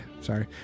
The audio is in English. sorry